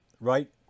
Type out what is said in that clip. right